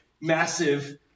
massive